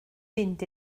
mynd